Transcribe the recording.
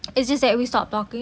it's just that we stop talking